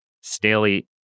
Staley